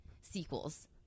sequels